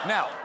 Now